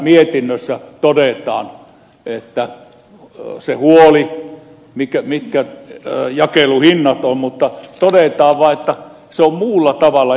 mietinnössä todetaan huoli siitä mitkä jakeluhinnat ovat mutta todetaan vaan että se on muulla tavalla järjestettävä